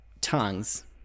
tongues